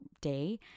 day